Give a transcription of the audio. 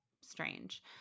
strange